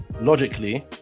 logically